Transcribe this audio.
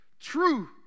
true